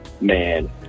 man